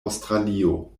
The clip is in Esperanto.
aŭstralio